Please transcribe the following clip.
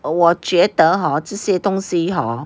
我觉得 hor 这些东西 hor